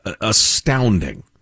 astounding